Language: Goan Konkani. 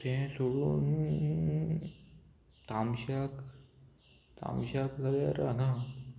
तें सोडून तामश्याक तामश्याक जाल्यार हांगा